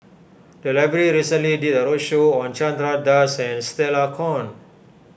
the library recently did a roadshow on Chandra Das and Stella Kon